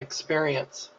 experience